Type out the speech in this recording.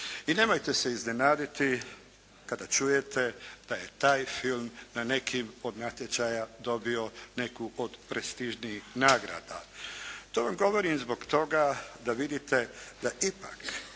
I nemojte se iznenaditi kada čujete da je taj film na nekim od natječaja dobio neku od prestižnijih nagrada. To vam govorim zbog toga da vidite da ipak